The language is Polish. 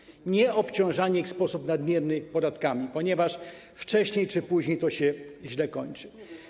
Istotne jest nieobciążanie ich w sposób nadmierny podatkami, ponieważ wcześniej czy później to się źle kończy.